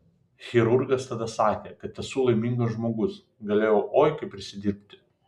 chirurgas tada sakė kad esu laimingas žmogus galėjau oi kaip prisidirbti